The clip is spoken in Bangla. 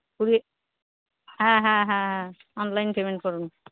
কুড়ি হ্যাঁ হ্যাঁ হ্যাঁ অনলাইন পেমেন্ট করুন